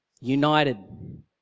United